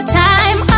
time